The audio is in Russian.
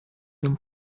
нам